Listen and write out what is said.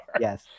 Yes